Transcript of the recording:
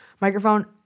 microphone